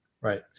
Right